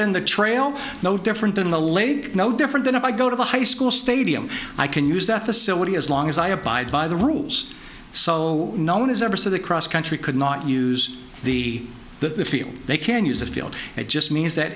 than the trail no different than the late no different than if i go to the high school stadium i can use that the city as long as i abide by the rules so no one is ever so the cross country could not use the the field they can use the field it just means that